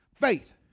Faith